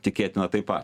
tikėtina taip pat